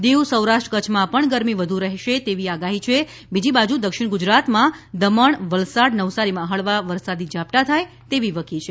દીવ સૌરાષ્ટ્રન કચ્છમાં પણ ગરમી વધુ રહેશે તેવી આગાહી છે બીજી બાજુ દક્ષિણ ગુજરાતમાં દમણ વલસાડ નવસારીમાં હળવાં વરસાદી ઝાપટાં થાય તેવી વકી છે